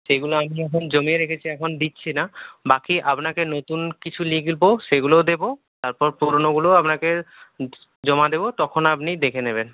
সেইগুলো আমি এখন জমিয়ে রেখেছি এখন দিচ্ছি না বাকি আপনাকে নতুন কিছু লিখব সেগুলোও দেবো তারপর পুরনোগুলোও আপনাকে জমা দেবো তখন আপনি দেখে নেবেন